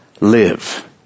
live